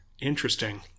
Interesting